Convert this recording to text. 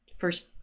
first